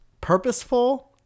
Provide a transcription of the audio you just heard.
purposeful